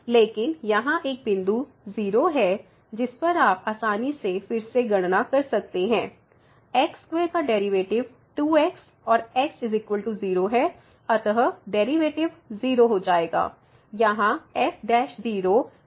लेकिन यहाँ एक बिंदु 0 है जिस पर आप आसानी से फिर से गणना कर सकते हैं x2 का डेरिवेटिव 2 x और x 0 है अतः डेरिवेटिव 0 हो जाएगा यहाँ f 0